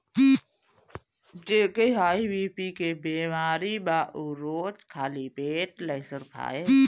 जेके हाई बी.पी के बेमारी बा उ रोज खाली पेटे लहसुन खाए